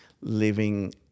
living